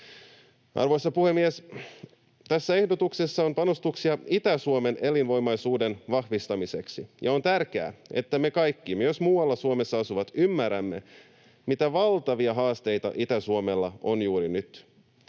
Arvoisa puhemies! Tässä ehdotuksessa on panostuksia Itä-Suomen elinvoimaisuuden vahvistamiseksi, ja on tärkeää, että me kaikki, myös muualla Suomessa asuvat, ymmärrämme, mitä valtavia haasteita Itä-Suomella on juuri nyt.